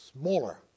smaller